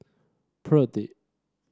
perdi